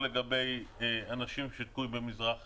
לגבי אנשים שתקועים במזרח אירופה,